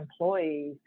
employees